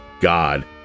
god